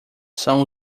são